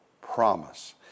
promise